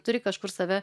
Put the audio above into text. turi kažkur save